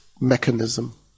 mechanism